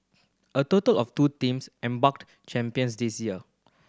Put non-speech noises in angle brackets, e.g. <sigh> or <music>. a total of two teams <unintelligible> champions this year